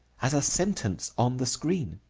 as a sentence on the screen.